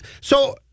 So-